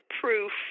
proof